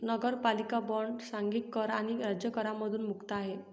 नगरपालिका बॉण्ड सांघिक कर आणि राज्य करांमधून मुक्त आहे